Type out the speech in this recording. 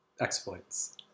exploits